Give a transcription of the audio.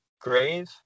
grave